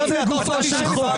לא אתם.